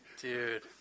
Dude